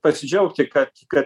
pasidžiaugti kad kad